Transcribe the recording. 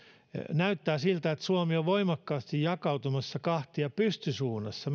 näyttää siltä että suomi on voimakkaasti jakautumassa kahtia pystysuunnassa